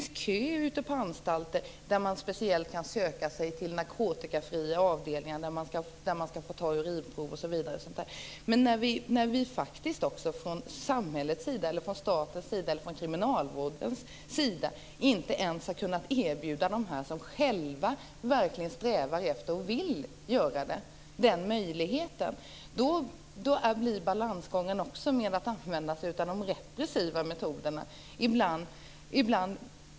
Det är kö ute på de anstalter där man kan söka sig till speciella narkotikafria avdelningar där man får ta urinprov osv. Samhället, staten och kriminalvården har inte ens kunnat erbjuda dem som själva verkligen strävar efter att bli drogfria den möjligheten. Då känns det inte riktigt att använda sig av de repressiva metoderna.